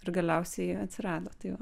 ir galiausiai atsirado tai va